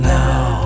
now